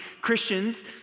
Christians